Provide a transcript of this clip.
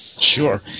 Sure